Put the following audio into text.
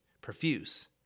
profuse